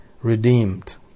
redeemed